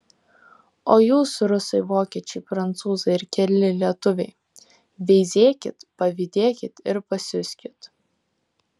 o jūs rusai vokiečiai prancūzai ir keli lietuviai veizėkit pavydėkit ir pasiuskit